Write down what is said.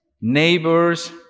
neighbors